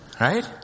Right